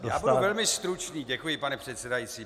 Já budu velmi stručný, děkuji, pane předsedající.